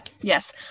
Yes